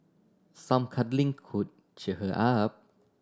some cuddling could cheer her up